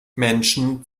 menschen